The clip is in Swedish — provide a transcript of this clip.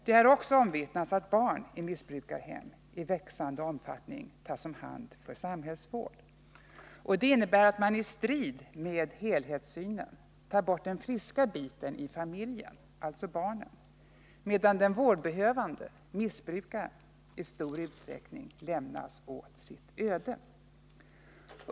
Det är också omvittnat att barn i missbrukarhem i växande omfattning tas om hand för samhällsvård. Det innebär att man — i strid med helhetssynen — tar bort den friska biten i familjen, alltså barnen, medan den vårdbehövande — missbrukaren -— i stor utsträckning lämnas åt sitt öde.